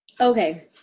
Okay